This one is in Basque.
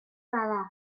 bada